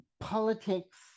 Politics